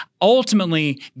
Ultimately